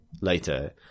later